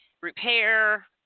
repair